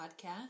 podcast